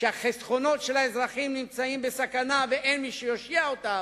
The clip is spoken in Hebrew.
שהחסכונות של האזרחים נמצאים בסכנה ואין מי שיושיע אותם,